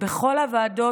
ובכל הוועדות,